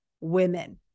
women